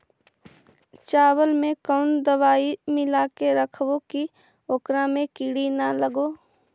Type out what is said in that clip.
चावल में कोन दबाइ मिला के रखबै कि ओकरा में किड़ी ल लगे?